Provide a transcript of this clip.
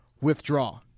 Withdraw